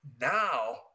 Now